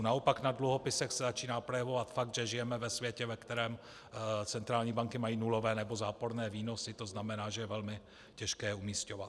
Naopak na dluhopisech se začíná projevovat fakt, že žijeme ve světě, ve kterém centrální banky mají nulové nebo záporné výnosy, to znamená, že je velmi těžké je umísťovat.